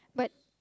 but